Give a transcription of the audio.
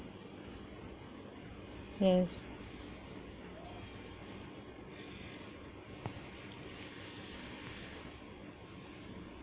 yes